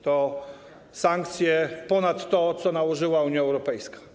To sankcje ponad to, co nałożyła Unia Europejska.